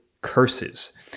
Curses